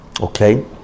okay